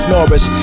Norris